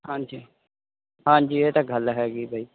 ਹਾਂਜੀ ਹਾਂਜੀ ਇਹ ਤਾਂ ਗੱਲ ਹੈਗੀ ਬਈ